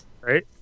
Right